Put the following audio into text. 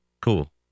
cool